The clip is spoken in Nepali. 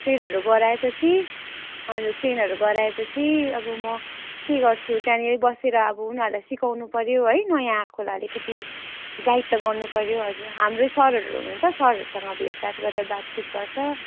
ट्रेनहरू गराएपछि हजुर ट्रेनहरू गराएपछि अब म के गर्छु त्यहाँनिर बसेर अब उनीहरूलाई सिकाउनुपऱ्यो है नयाँ आएकोलाई अलिकति गाइड त गर्नुपऱ्यो हजुर हाम्रै सरहरू हुनुहुन्छ सरहरूसँग भेटघाट गरेर बातचित गर्छ